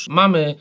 mamy